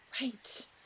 right